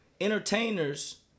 entertainers